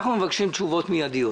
אנחנו מבקשים תשובות מידיות